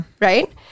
Right